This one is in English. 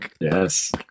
Yes